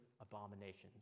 abominations